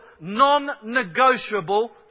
non-negotiable